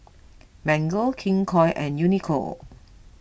Mango King Koil and Uniqlo